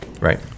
right